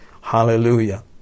Hallelujah